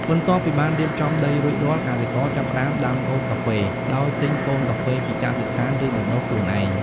បន្ទាប់ពីបានរៀបចំដីរួចរាល់ កសិករចាប់ផ្ដើមដាំកូនកាហ្វេ ដោយទិញកូនកាហ្វេពីកសិដ្ឋាន ឬបណ្ដុះខ្លួនឯង។